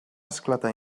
esclatar